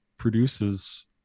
produces